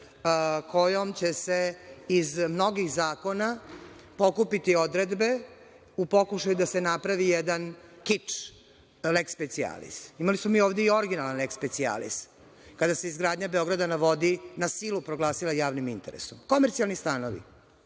kojom će se iz mnogih zakona pokupiti odredbe u pokušaju da se napravi jedan kič leks specijalis. Imali smo mi ovde i originalni leks specijalis, kada se izgradnja „Beograda na vodi“ na silu proglasila javnim interesom. Komercijalni stanovi,